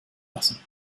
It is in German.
lassen